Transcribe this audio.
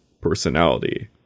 personality